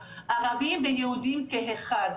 ערבים ויהודים כאחד,